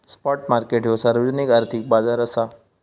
spot market ह्यो सार्वजनिक आर्थिक बाजार असा